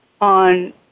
on